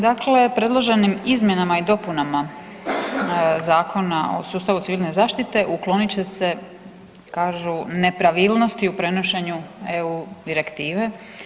Dakle, predloženim izmjenama i dopunama Zakona o sustavu civilne zaštite uklonit će se kažu nepravilnosti u prenošenju EU direktive.